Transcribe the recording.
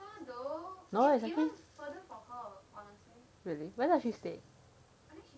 oh is it really where does she stays